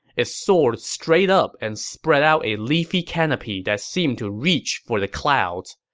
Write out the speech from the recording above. it soared straight up and spread out a leafy canopy that seemed to reach for the clouds.